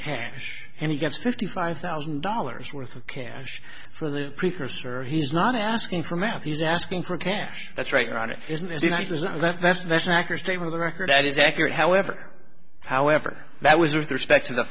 cash and he gets fifty five thousand dollars worth of cash for the precursor he's not asking for math he's asking for cash that's right around it isn't as nice as it that's that's an accurate statement the record is accurate however however that was respect to the